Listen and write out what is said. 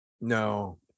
No